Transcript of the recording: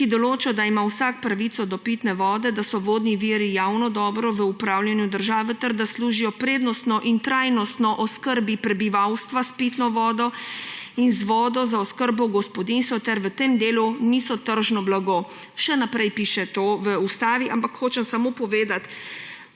ki določa, da ima vsak pravico do pitne vode, da so vodni viri javno dobro v upravljanju države ter da služijo prednostno in trajnostno oskrbi prebivalstva s pitno vodo in z vodo za oskrbo gospodinjstva ter v tem delu niso tržno blago. Še naprej piše to v ustavi, ampak hočem samo povedati,